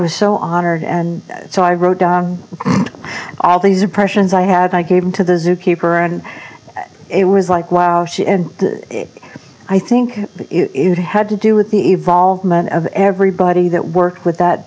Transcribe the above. was so honored and so i wrote all the suppressions i had i gave him to the zookeeper and it was like wow she and i think it had to do with the evolved man of everybody that worked with that